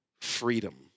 freedom